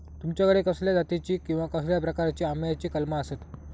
तुमच्याकडे कसल्या जातीची किवा कसल्या प्रकाराची आम्याची कलमा आसत?